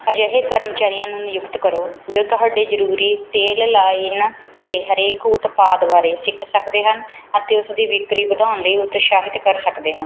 ਅਜਿਹੇ ਕਰਮਚਾਰੀਆਂ ਨੂੰ ਨਿਯੁਕਤ ਕਰੋ ਜੋ ਤੁਹਾਡੇ ਜ਼ਰੂਰੀ ਤੇਲ ਲਾਈਨ ਦੇ ਹਰੇਕ ਉਤਪਾਦ ਬਾਰੇ ਸਿੱਖ ਸਕਦੇ ਹਨ ਅਤੇ ਉਸ ਦੀ ਵਿੱਕਰੀ ਵਧਾਉਣ ਲਈ ਉਤਸ਼ਾਹਿਤ ਕਰ ਸਕਦੇ ਹਨ